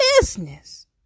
business